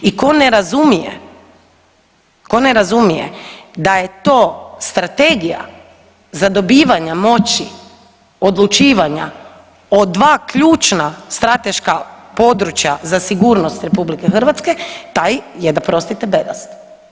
I tko ne razumije, tko ne razumije da je to strategija zadobivanje moći, odlučivanja o dva ključna strateška područja za sigurnost RH, taj je da prostite, bedast.